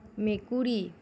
মেকুৰী